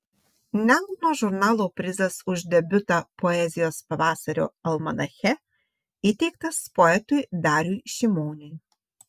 nemuno žurnalo prizas už debiutą poezijos pavasario almanache įteiktas poetui dariui šimoniui